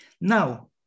Now